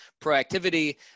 proactivity